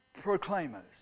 proclaimers